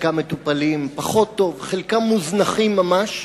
חלקם מטופלים פחות טוב וחלקם מוזנחים ממש.